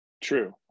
True